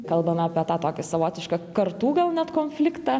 kalbame apie tą tokį savotišką kartų gal net konfliktą